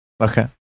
Okay